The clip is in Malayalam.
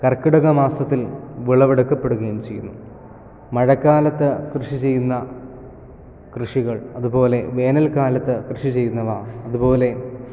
കർക്കിടക മാസത്തിൽ വിളവെടുക്കപ്പെടുകയും ചെയ്യുന്നു മഴക്കാലത്ത് കൃഷി ചെയ്യുന്ന കൃഷികൾ അതുപോലെ വേനൽക്കാലത്ത് കൃഷി ചെയ്യുന്നവ അതുപോലെ